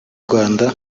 rwanda